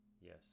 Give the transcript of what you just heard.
yes